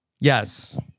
yes